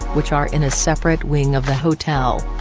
which are in a separate wing of the hotel.